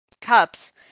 cups